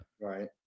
Right